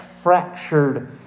fractured